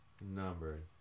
numbered